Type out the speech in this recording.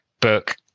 book